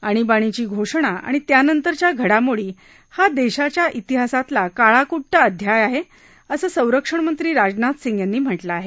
आणीबाणीची घोषणा आणि त्यानंतरच्या घडामोडी हा देशाच्या इतिहासातला काळाकृष्ट अध्याय आहे असं संरक्षणमंत्री राजनाथ सिंग यांनी म्हटलं आहे